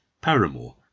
Paramore